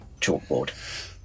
chalkboard